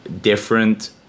different